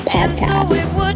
Podcast